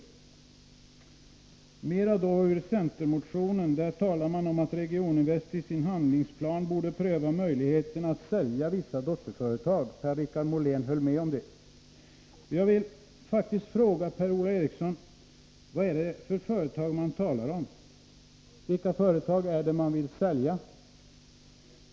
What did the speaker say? Låt mig ta litet mer ur centermotionen. Där talas det om att Regioninvest i sin handlingsplan borde pröva möjligheten att sälja vissa dotterföretag. Per-Richard Molén höll med om det. Jag vill faktiskt fråga Per-Ola Eriksson: Vad är det för företag motionärerna talar om? Vilka företag är det ni vill sälja?